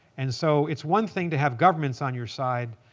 and so it's one thing to have governments on your side.